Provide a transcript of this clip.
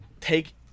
take